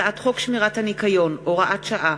הצעת חוק שמירת הניקיון (הוראת שעה),